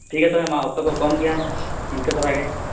ᱴᱷᱤᱠ ᱜᱮᱭᱟ ᱛᱚᱵᱮ ᱢᱟ ᱚᱠᱛᱚ ᱠᱚ ᱠᱚᱢ ᱜᱮᱭᱟ ᱤᱱᱠᱟᱹ ᱫᱷᱟᱨᱟ ᱜᱮ